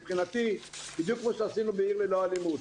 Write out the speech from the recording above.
מבחינתי, בדיוק כמו שעשינו בעיר ללא אלימות.